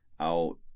out